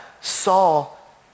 Saul